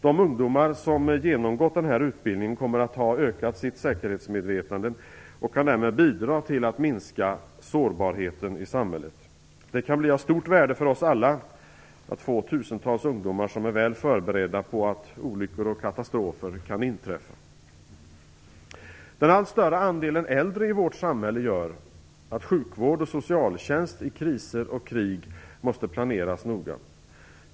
De ungdomar som genomgått denna utbildning kommer att ha ökat sitt säkerhetsmedvetande och kan därmed bidra till att minska sårbarheten i samhället. Det kan bli av stort värde för oss alla att få tusentals ungdomar som är väl förberedda på att olyckor och katastrofer kan inträffa. Den allt större andelen äldre i vårt samhälle gör att sjukvård och socialtjänst i kriser och krig måste planeras noga.